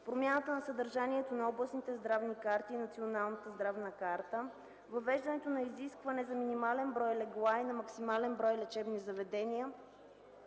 промяната на съдържанието на областните здравни карти и Националната здравна карта, въвеждането на изискване за минимален брой легла и на максимален брой лечебни заведения,